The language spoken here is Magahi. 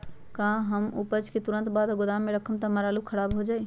का हम उपज के तुरंत बाद गोदाम में रखम त हमार आलू खराब हो जाइ?